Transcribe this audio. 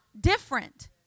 Different